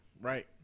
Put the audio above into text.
Right